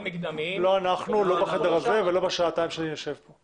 לא אנחנו, לא בחדר הזה ולא בשעתיים שאני יושב כאן.